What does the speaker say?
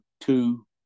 two